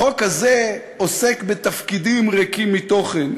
החוק הזה עוסק בתפקידים ריקים מתוכן,